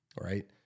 Right